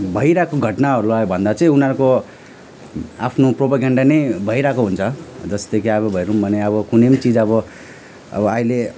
भइरहेको घटनाहरू भन्दा चाहिँ उनीहरूको आफ्नो प्रोपागान्डा नै भइरहेको हुन्छ जस्तै कि अब हेर्यौँ भने अब कुनै चिज अब अब अहिले